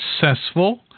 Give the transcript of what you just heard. successful